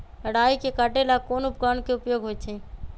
राई के काटे ला कोंन उपकरण के उपयोग होइ छई?